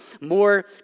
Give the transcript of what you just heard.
more